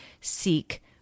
seek